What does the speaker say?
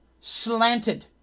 slanted